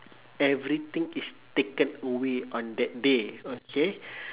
everything is taken away on that day okay